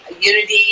Unity